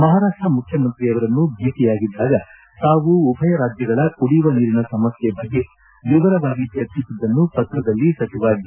ಮಹಾರಾಷ್ಟ ಮುಖ್ಯಮಂತ್ರಿಯವರನ್ನು ಭೇಟಿಯಾಗಿದ್ದಾಗ ತಾವು ಉಭಯ ರಾಜ್ಯಗಳ ಕುಡಿಯುವ ನೀರಿನ ಸಮಸ್ತೆ ಬಗ್ಗೆ ವಿವರವಾಗಿ ಚರ್ಚಿಸಿದ್ದನ್ನು ಪತ್ರದಲ್ಲಿ ಸಚಿವ ಡಿ